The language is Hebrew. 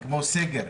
כמו סגר,